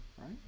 Right